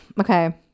okay